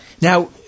Now